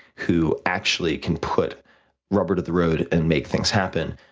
who actually can put rubber to the road and make things happen,